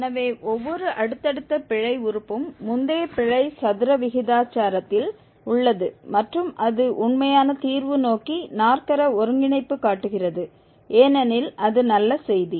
எனவே ஒவ்வொரு அடுத்தடுத்த பிழை உறுப்பும் முந்தைய பிழை சதுர விகிதாசாரத்தில் உள்ளது மற்றும் அது உண்மையான தீர்வு நோக்கி நாற்கர ஒருங்கிணைப்பு காட்டுகிறது ஏனெனில் அது நல்ல செய்தி